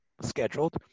scheduled